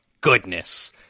goodness